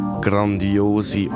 grandiose